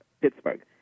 Pittsburgh